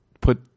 put